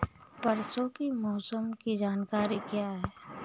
परसों के मौसम की जानकारी क्या है?